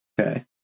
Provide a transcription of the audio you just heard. Okay